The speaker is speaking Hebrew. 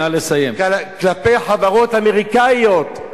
כלפי חברות אמריקניות,